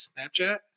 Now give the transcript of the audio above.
snapchat